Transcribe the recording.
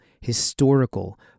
historical